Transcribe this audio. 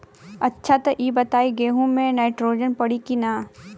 अच्छा त ई बताईं गेहूँ मे नाइट्रोजन पड़ी कि ना?